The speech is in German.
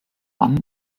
mann